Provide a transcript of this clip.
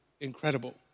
incredible